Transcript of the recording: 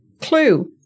clue